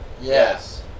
Yes